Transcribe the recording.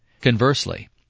Conversely